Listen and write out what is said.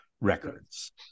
records